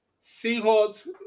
Seahawks